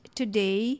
today